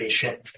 patient